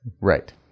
Right